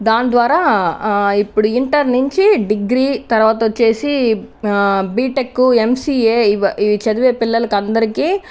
దాని ద్వారా ఇప్పుడు ఇంటర్ నుంచి డిగ్రీ తర్వాత వచ్చేసి బీటెక్ ఎంసీఏ ఇవి చదివే పిల్లలకు అందరికీ